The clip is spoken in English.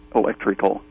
electrical